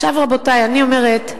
עכשיו, רבותי, אני אומרת,